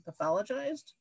pathologized